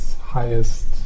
highest